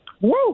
Woo